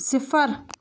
صِفر